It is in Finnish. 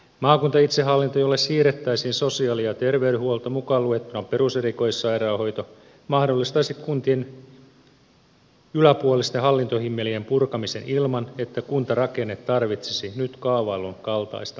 maakuntaitsehallinto jolle siirrettäisiin sosiaali ja terveydenhuolto mukaan luettuna peruserikoissairaanhoito mahdollistaisi kuntien yläpuolisten hallintohimmelien purkamisen ilman että kuntarakenne tarvitsisi nyt kaavaillun kaltaista mullistusta